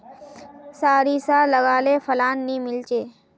सारिसा लगाले फलान नि मीलचे?